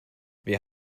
wir